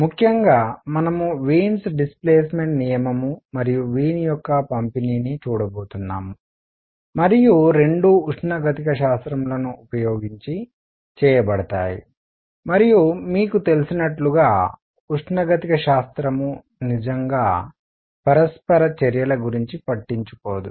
ముఖ్యంగా మనము Wien's displacement displacement నియమము మరియు వీన్ యొక్క పంపిణీని చూడబోతున్నాము మరియు రెండూ ఉష్ణగతికశాస్త్రంను ఉపయోగించి చేయబడతాయి మరియు మీకు తెలిసినట్లుగా ఉష్ణగతికశాస్త్రం నిజంగా పరస్పర చర్యల గురించి పట్టించుకోదు